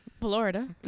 Florida